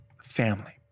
family